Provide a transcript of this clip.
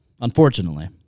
unfortunately